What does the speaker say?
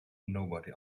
nobody